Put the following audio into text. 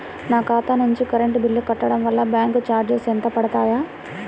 నా ఖాతా నుండి కరెంట్ బిల్ కట్టడం వలన బ్యాంకు చార్జెస్ ఎంత పడతాయా?